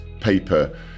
paper